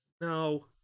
no